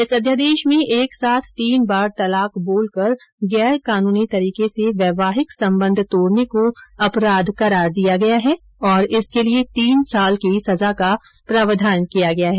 इस अध्यादेश में एक साथ तीन बार तलाक बोलकर गैर कानूनी तरीके से वैवाहिक संबंध तोड़ने को अपराध करार दिया गया है और इसके लिए तीन साल की संजा का प्रावधान किया गया है